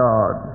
God